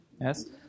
Yes